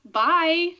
bye